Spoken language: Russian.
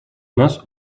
нас